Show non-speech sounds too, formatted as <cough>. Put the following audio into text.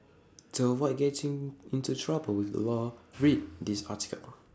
to avoid getting into trouble with the law read <noise> this article